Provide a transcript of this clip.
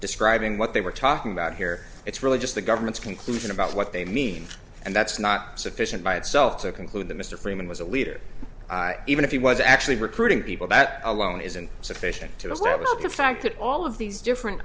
describing what they were talking about here it's really just the government's conclusion about what they mean and that's not sufficient by itself to conclude the mr freeman was a leader even if he was actually recruiting people that alone isn't sufficient to the level of the fact that all of these different